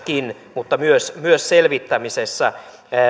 mutta myös niiden selvittämisessä